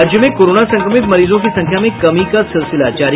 राज्य में कोरोना संक्रमित मरीजों की संख्या में कमी का सिलसिला जारी